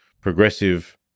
progressive